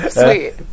Sweet